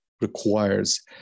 requires